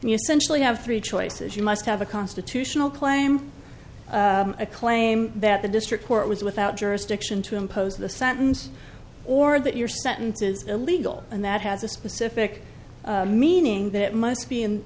essential you have three choices you must have a constitutional claim a claim that the district court was without jurisdiction to impose the sentence or that your sentences illegal and that has a specific meaning that must be in